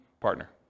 partner